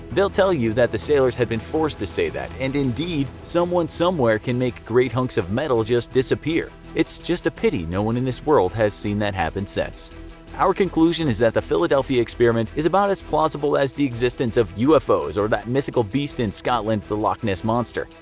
they will tell you that the sailors had been forced to say that, and indeed, someone somewhere can make great hunks of metal just disappear. it's just a pity no one in this world has seen that happen since our conclusion is that the philadelphia experiment is about as plausible as the existence of ufos or that mythical beast in scotland the loch ness monster.